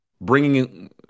bringing